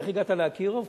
איך הגעת ל"אקירוב"?